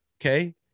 Okay